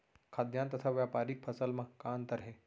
खाद्यान्न तथा व्यापारिक फसल मा का अंतर हे?